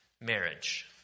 marriage